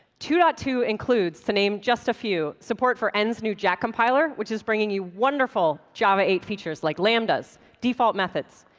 two point two includes, to name just a few, support for n's new jack compiler which is bringing you wonderful java eight features like lambdas, default methods.